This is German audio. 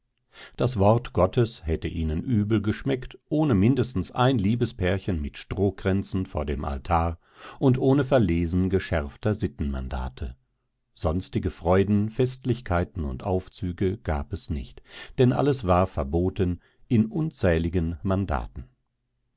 das wort gottes hätte ihnen übel geschmeckt ohne mindestens ein liebespärchen mit strohkränzen vor dem altar und ohne verlesen geschärfter sittenmandate sonstige freuden festlichkeiten und aufzüge gab es nicht denn alles war verboten in unzähligen mandaten